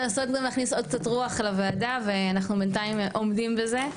לעשות וגם להכניס עוד קצת רוח לוועדה ואנחנו בינתיים עומדים בזה,